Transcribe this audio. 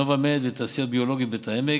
נובמד ותעשיות ביולוגיות בית העמק.